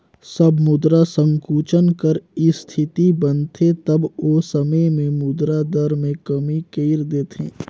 जब मुद्रा संकुचन कर इस्थिति बनथे तब ओ समे में मुद्रा दर में कमी कइर देथे